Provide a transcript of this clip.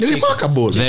Remarkable